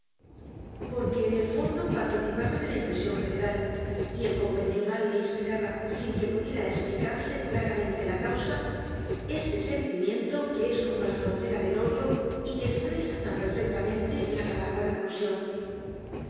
porque en el fondo participaba de la impresion general y el convencional le inspiraba sin que pudiera esplicarse claramente la causa ese sentimiento que es como la frontera del odio y que espresa tan perfectamente la palabra repulsion